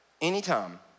Anytime